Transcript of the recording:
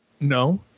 No